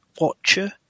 Watcher